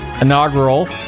inaugural